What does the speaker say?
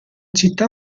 città